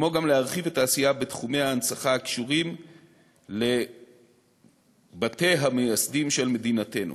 ולהרחיב את העשייה בתחומי ההנצחה הקשורים לבתי המייסדים של מדינתנו.